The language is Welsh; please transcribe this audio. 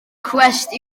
cwest